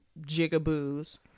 Jigaboo's